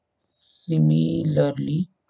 similarly